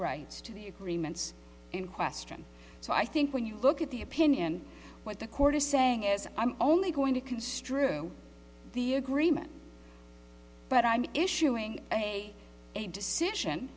rights to the agreements in question so i think when you look at the opinion what the court is saying is i'm only going to construe the agreement but i'm issuing a decision